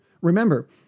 Remember